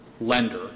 lender